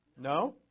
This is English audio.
No